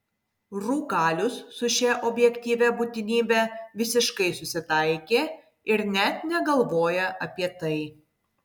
rūkalius su šia objektyvia būtinybe visiškai susitaikė ir net negalvoja apie tai